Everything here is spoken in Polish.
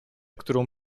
którą